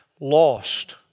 lost